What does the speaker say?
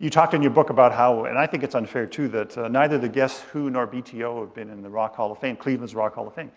you talked in your book about how, and i think it's unfair too, that neither the guess who nor bto have been in the rock hall of fame, cleveland's rock hall of fame.